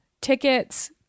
tickets